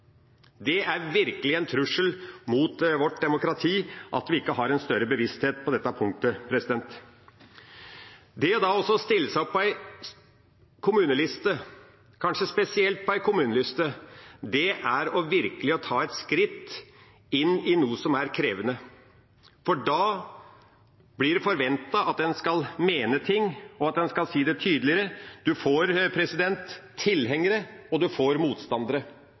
Det er virkelig en trussel mot vårt demokrati at vi ikke har en større bevissthet på dette punktet. Det å stille seg på en kommuneliste – kanskje spesielt på en kommuneliste – er virkelig å ta et skritt inn i noe som er krevende. Da blir det forventet at en skal mene ting, og at en skal si det tydeligere. En får tilhengere, og en får motstandere